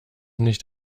nicht